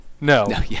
No